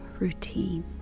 routine